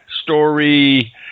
story